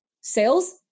sales